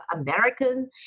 American